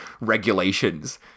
regulations